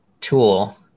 tool